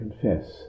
confess